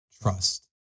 trust